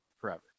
forever